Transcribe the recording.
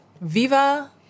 Viva